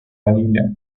dalila